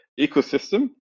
ecosystem